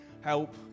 help